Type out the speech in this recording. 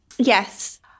Yes